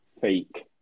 fake